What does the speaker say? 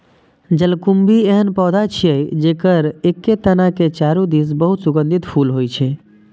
जलकुंभी एहन पौधा छियै, जेकर एके तना के चारू दिस बहुत सुगंधित फूल होइ छै